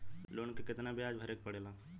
Loan के कितना ब्याज भरे के पड़े ला?